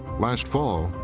last fall,